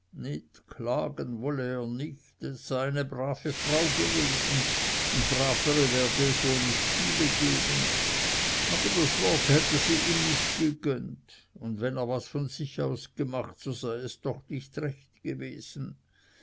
klagen wolle er nicht es sei eine brave frau gewesen bravere werde es wohl nicht viele geben aber das wort hätte sie ihm nicht gegönnt und wenn er was von sich aus gemacht so sei es doch nicht recht gewesen